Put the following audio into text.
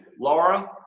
Laura